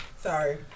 Sorry